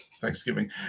Thanksgiving